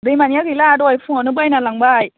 दैमानिया गैला दहाय फुङावनो बायना लांबाय